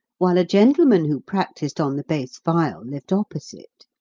while a gentleman who practised on the bass viol lived opposite.